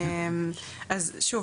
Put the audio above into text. אז שוב,